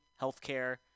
healthcare